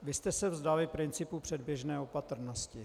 Vy jste se vzdali principu předběžné opatrnosti.